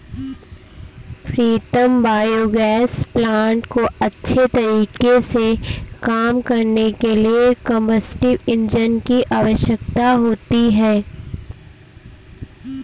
प्रीतम biogas plant को अच्छे तरीके से काम करने के लिए कंबस्टिव इंजन की आवश्यकता होती है